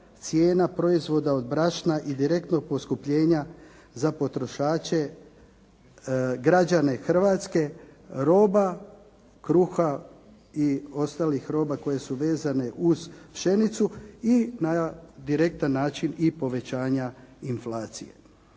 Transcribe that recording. cijena proizvoda od brašna i direktnog poskupljenja za potrošače, građane Hrvatske, roba, kruha i ostalih roba koje su vezane uz pšenicu i na direktan način povećanja inflacije.